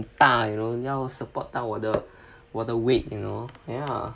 很大 you know 要 support 到我的我的 weight you know ya